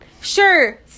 sure